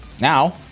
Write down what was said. Now